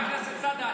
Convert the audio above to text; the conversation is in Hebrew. חבר הכנסת סעדה,